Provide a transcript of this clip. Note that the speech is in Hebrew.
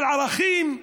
על ערכים?